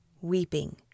weeping